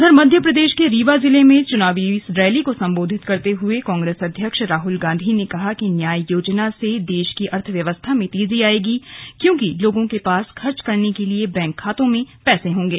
उधर मध्य प्रदेश के रीवा जिले में चुनाव रैली को संबोधित करते हुए कांग्रेस अध्यक्ष राहुल गांधी ने कहा कि न्याय योजना से देश की अर्थव्यवस्था में तेजी आएगी क्योंकि लोगों के पास खर्च करने के लिए बैंक खातों में पैसे होंगे